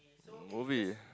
movie